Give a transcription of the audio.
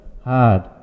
hard